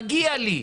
מגיע לי,